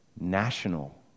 national